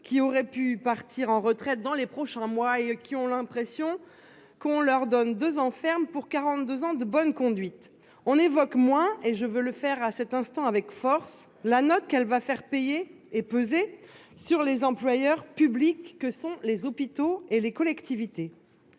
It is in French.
qui aurait pu partir en retraite dans les prochains mois et qui ont l'impression qu'on leur donne 2 ans ferme pour 42 ans de bonne conduite. On évoque moins et je veux le faire à cet instant avec force la note qu'elle va faire payer et peser sur les employeurs publics que sont les hôpitaux et les collectivités.